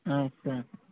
హా yes sir